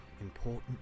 important